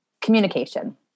communication